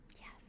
Yes